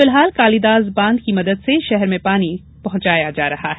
फिलहाल कालीदास बांध की मदद से शहर में पानी प्रदाय किया जा रहा है